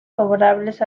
favorables